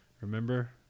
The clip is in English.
remember